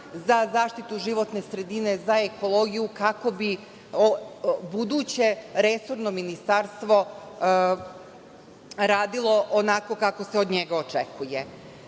za zaštitu životne sredine, za ekologiju kako bi buduće resorno ministarstvo radilo onako kako se od njega očekuje.Za